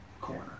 corner